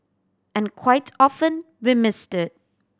and quite often we miss it